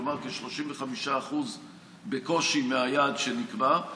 כלומר כ-35% בקושי מהיעד שנקבע.